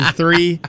three